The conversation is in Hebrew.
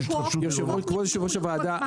כבוד יושב-ראש הוועדה,